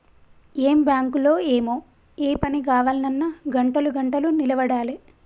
ఏం బాంకులో ఏమో, ఏ పని గావాల్నన్నా గంటలు గంటలు నిలవడాలె